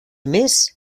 més